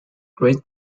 great